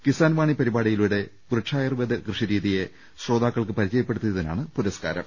കിസാൻവാണി പരിപാടിയിലൂടെ വൃക്ഷായുർവ്വേദ കൃ ഷിരീതിയെ ശ്രോതാക്കൾക്ക് പരിചയപ്പെടുത്തിയതിനാണ് പുരസ്കാരം